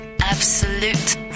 Absolute